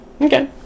Okay